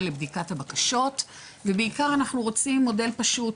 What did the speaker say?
לבדיקת הבקשות ובעיקר אנחנו רוצים מודל פשוט,